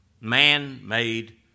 Man-made